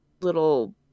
Little